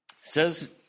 says